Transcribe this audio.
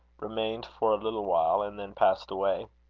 remained for a little while, and then passed away.